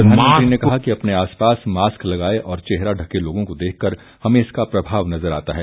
प्रधानमंत्री ने कहा कि अपने आस पास मास्क लगाये और चेहरा ढके लोगों को देखकर हमें इसका प्रभाव नजर आता है